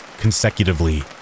consecutively